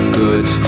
good